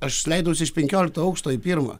aš leidausi iš penkiolikto aukšto į pirmą